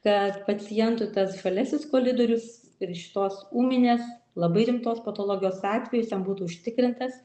kad pacientui tas žaliasis koridorius ir šitos ūminės labai rimtos patologijos atveju jis jam būtų užtikrintas